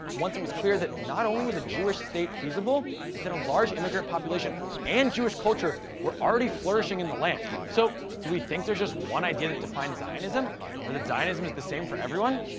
once it was clear that not only was a jewish state feasible but that a large immigrant population and jewish culture were already flourishing in the land. so do we think there's just one idea that defines zionism or that zionism is the same for everyone?